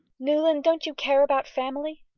newland don't you care about family?